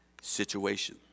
situation